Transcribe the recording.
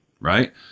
Right